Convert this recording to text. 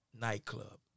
nightclub